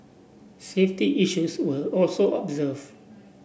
safety issues were also observed